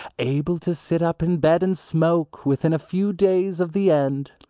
able to sit up in bed and smoke within a few days of the end.